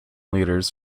leaders